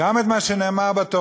גם את מה שנאמר בתורה,